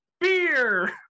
beer